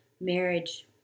marriage